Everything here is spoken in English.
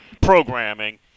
programming